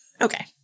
Okay